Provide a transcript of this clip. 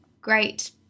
great